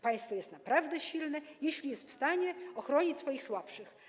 Państwo jest naprawdę silne, jeśli jest w stanie ochronić swoich słabszych.